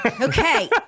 Okay